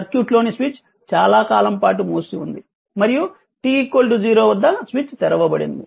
సర్క్యూట్లోని స్విచ్ చాలా కాలం పాటు మూసి ఉంది మరియు t 0 వద్ద స్విచ్ తెరవబడింది